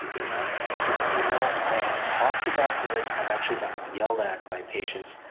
you know you know i have talked about this. i've actually gotten yelled at by patients,